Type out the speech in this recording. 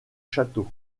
château